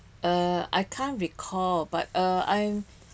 err I can't recall but uh I'm